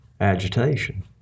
agitation